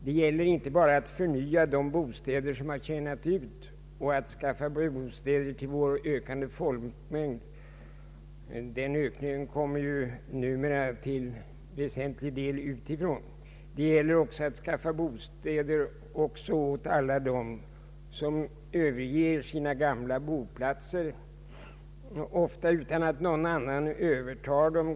Det gäller inte bara att förnya de bostäder som har tjänat ut och att skaffa bostäder till vår ökande folkmängd — den ökningen kommer ju numera till väsentlig del från utlandet — det gäller också att skaffa bostäder åt alla dem som överger sina gamla boplatser, ofta utan att någon annan övertar dem.